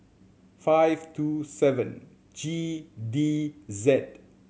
five two seven G D Z